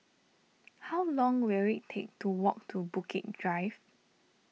how long will it take to walk to Bukit Drive